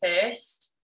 first